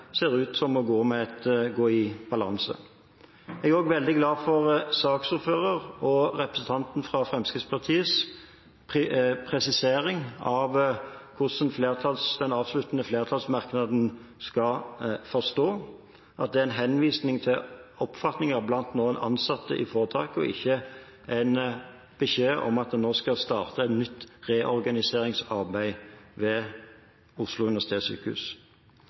ser ut til å gå i balanse. Jeg er også veldig glad for saksordførerens og representanten fra Fremskrittspartiets presisering av hvordan den avsluttende flertallsmerknaden skal forstås – at den er en henvisning til oppfatninger blant noen ansatte i foretaket og ikke en beskjed om at en nå skal starte et nytt reorganiseringsarbeid ved Oslo universitetssykehus.